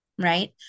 right